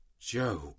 Joe